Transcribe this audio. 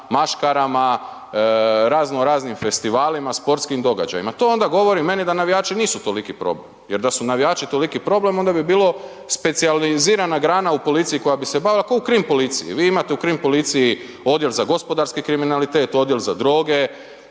maškarama, raznoraznim festivalima, sportskim događajima, to onda govori meni da navijači nisu toliki problem jer da su navijači toliki problem onda bi bilo specijalizirana grana u policiji koja bi se bavila ko u krim policiji. Vi imate u krim policiji odjel za gospodarski kriminalitet, odjel za droge,